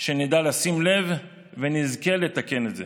שנדע לשים לב ונזכה לתקן את זה.